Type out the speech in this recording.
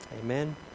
Amen